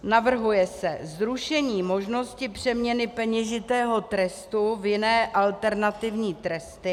Navrhuje se zrušení možnosti přeměny peněžitého trestu v jiné alternativní tresty.